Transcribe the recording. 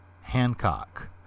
Hancock